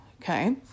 okay